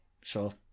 Sure